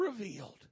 revealed